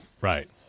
Right